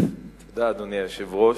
אדוני היושב-ראש,